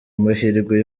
amahirwe